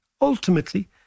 ultimately